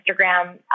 Instagram